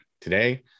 today